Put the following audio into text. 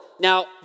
Now